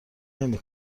نمی